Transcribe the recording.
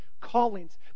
Callings